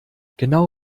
genau